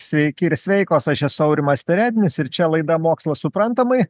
sveiki ir sveikos aš esu aurimas perednis ir čia laida mokslas suprantamai